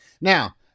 Now